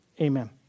amen